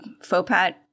Fopat